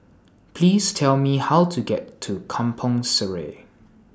Please Tell Me How to get to Kampong Sireh